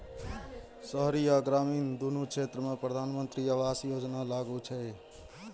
शहरी आ ग्रामीण, दुनू क्षेत्र मे प्रधानमंत्री आवास योजना लागू छै